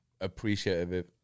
appreciative